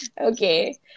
Okay